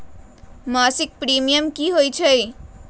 मासिक प्रीमियम की होई छई?